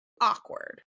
awkward